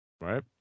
Right